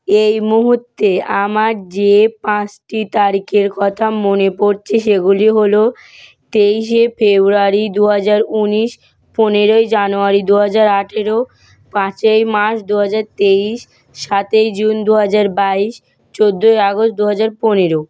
এই মুহূর্তে আমার যে পাঁচটি তারিখের কথা মনে পড়ছে সেগুলি হলো তেইশে ফেব্রুয়ারি দু হাজার উনিশ পনেরোই জানুয়ারি দু হাজার আঠেরো পাঁচই মার্চ দু হাজার তেইশ সাতই জুন দু হাজার বাইশ চোদ্দোই আগস্ট দু হাজার পনেরো